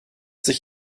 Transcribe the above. sich